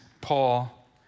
Paul